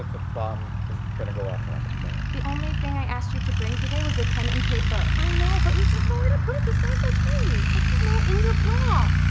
the bomb is going to go off in like a minute. the only thing i asked you to bring today was a pen and paper. i know! but there's like nowhere to put it! this thing is so tight. i don't know in your bra!